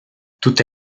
tutte